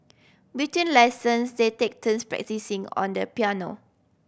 between lessons they take turns practising on the piano